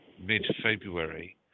mid-February